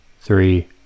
three